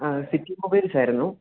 അ city മൊബൈൽസായിരുന്നോ